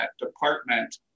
department